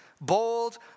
Bold